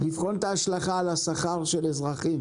לבחון את ההשלכה על השכר של אזרחים.